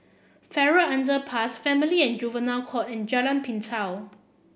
Farrer Underpass Family and Juvenile Court and Jalan Pintau